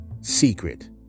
secret